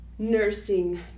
nursing